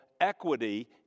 equity